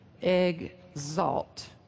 exalt